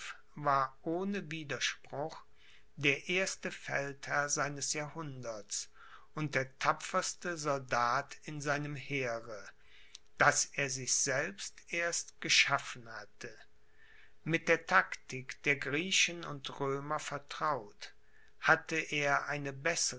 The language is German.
war ohne widerspruch der erste feldherr seines jahrhunderts und der tapferste soldat in seinem heere das er sich selbst erst geschaffen hatte mit der taktik der griechen und römer vertraut hatte er eine